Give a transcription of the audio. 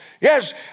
Yes